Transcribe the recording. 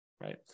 right